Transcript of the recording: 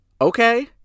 Okay